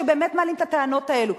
שבאמת מעלים את הטענות האלו.